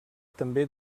també